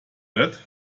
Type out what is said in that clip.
that